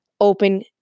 open